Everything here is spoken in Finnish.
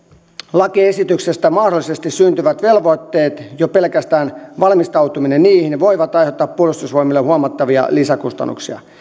lakiesityksestä mahdollisesti syntyvät velvoitteet jo pelkästään valmistautuminen niihin voivat aiheuttaa puolustusvoimille huomattavia lisäkustannuksia